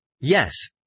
Yes